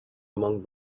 among